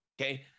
okay